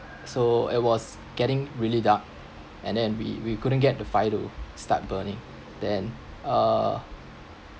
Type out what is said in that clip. so it was getting really dark and then we we couldn't get the fire to burning then uh